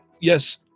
Yes